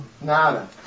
Nada